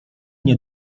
nie